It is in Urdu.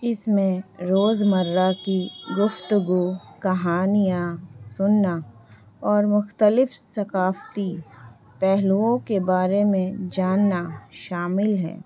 اس میں روز مرہ کی گفتگو کہانیاں سننا اور مختلف ثقافتی پہلوؤں کے بارے میں جاننا شامل ہے